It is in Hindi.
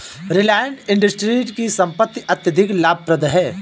रिलायंस इंडस्ट्रीज की संपत्ति अत्यधिक लाभप्रद है